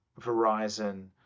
Verizon